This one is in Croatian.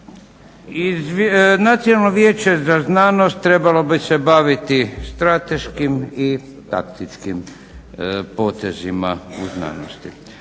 Nacionalno vijeće za znanost trebalo bi se baviti strateškim i taktičkim potezima u znanosti.